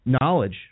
Knowledge